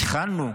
התחלנו,